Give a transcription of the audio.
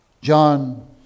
John